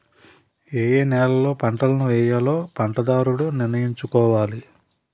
ఏయే నేలలలో ఏపంటలను వేయాలో పంటదారుడు నిర్ణయించుకోవాలి